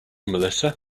melissa